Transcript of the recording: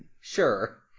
Sure